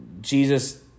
Jesus